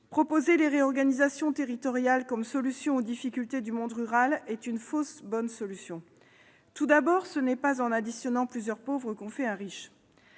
Proposer les réorganisations territoriales comme solution aux difficultés du monde rural est une fausse bonne solution. Tout d'abord, ce n'est pas en additionnant plusieurs pauvres qu'on fait un riche.